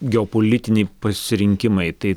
geopolitiniai pasirinkimai tai